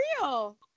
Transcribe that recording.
real